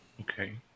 Okay